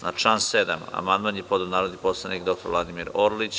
Na član 7. amandman je podneo narodni poslanik dr Vladimir Orlić.